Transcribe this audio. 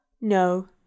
no